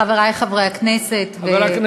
חברי חברי הכנסת, רגע.